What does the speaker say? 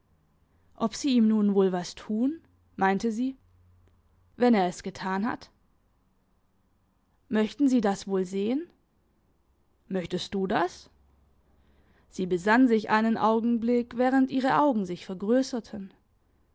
ob sie ihm nun wohl was tun meinte sie wenn er es getan hat möchten sie das wohl sehen möchtest du das sie besann sich einen augenblick während ihre augen sich vergrösserten